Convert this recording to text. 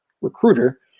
recruiter